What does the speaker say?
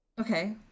Okay